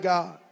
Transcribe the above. God